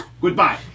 Goodbye